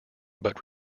but